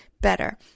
better